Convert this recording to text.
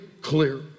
clear